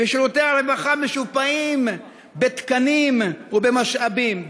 שירותי הרווחה משופעים בתקנים ובמשאבים,